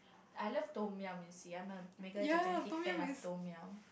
I love Tom-yum you see I am a mega gigantic fans of Tom-yum